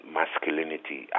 masculinity